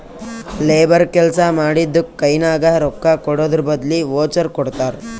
labour ಕೆಲ್ಸಾ ಮಾಡಿದ್ದುಕ್ ಕೈನಾಗ ರೊಕ್ಕಾಕೊಡದ್ರ್ ಬದ್ಲಿ ವೋಚರ್ ಕೊಡ್ತಾರ್